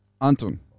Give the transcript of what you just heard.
Anton